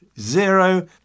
zero